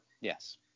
yes